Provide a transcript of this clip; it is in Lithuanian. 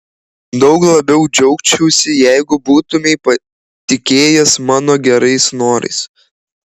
daug labiau džiaugčiausi jeigu būtumei patikėjęs mano gerais norais